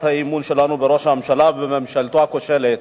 האי-אמון שלנו בראש הממשלה ובממשלתו הכושלת.